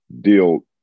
deal